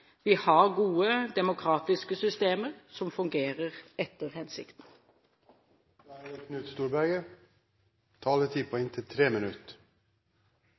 Vi har gode, demokratiske systemer som fungerer etter hensikten. De talere som heretter får ordet, har en taletid på inntil 3 minutter.